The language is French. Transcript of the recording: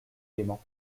gaiement